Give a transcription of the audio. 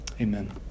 amen